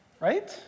Right